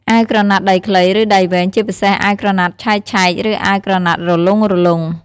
អាវក្រណាត់ដៃខ្លី ឬដៃវែង ជាពិសេសអាវក្រណាត់ឆែកៗ ឬអាវក្រណាត់រលុងៗ។